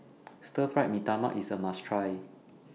Stir Fry Mee Tai Mak IS A must Try